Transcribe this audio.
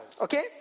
Okay